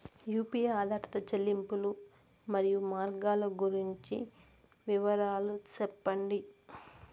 UPI ఆధారిత చెల్లింపులు, మరియు మార్గాలు గురించి వివరాలు సెప్పండి?